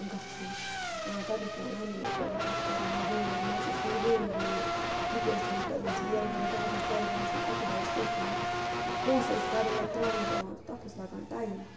گژھُن تَتہِ اوس پٮ۪وان لاینہِ منٛز روزُن پَتہٕ کَر یی ہا وٲرۍ مَزٕ ٲس نہٕ یِوٲنی وٲرۍ تِتہِ ٲسۍ مہ تَتہِ ٲسۍ بہٕ یورٕ گژھان دَہہِ بَجہِ تورٕ اوس نہٕ اِنسان اَکہِ بَجہِ تہِ اوس پٮ۪وان پونٛسہٕ ٲسۍ کَڑٕنۍ یا ترٛاوٕنۍ پٮ۪وان تہٕ تَتھ اوس لَگان ٹایم